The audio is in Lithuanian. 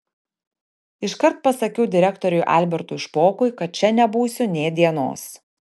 iškart pasakiau direktoriui albertui špokui kad čia nebūsiu nė dienos